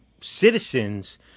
citizens